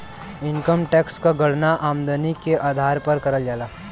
income tax क गणना आमदनी के आधार पर करल जाला